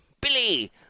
Billy